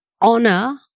honor